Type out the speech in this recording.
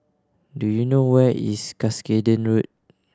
do you know where is Cuscaden Road